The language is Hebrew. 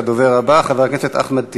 הדובר הבא, חבר הכנסת אחמד טיבי.